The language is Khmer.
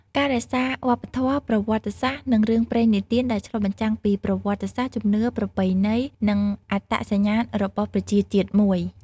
ការរក្សាវប្បធម៌ ប្រវត្តិសាស្ត្រនឹងរឿងព្រេងនិទានដែរឆ្លុះបញ្ចាំងពី ប្រវត្តិសាស្ត្រ ជំនឿ ប្រពៃណី និង អត្តសញ្ញាណ របស់ប្រជាជាតិមួយ ។